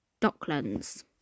Docklands